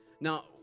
Now